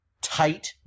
tight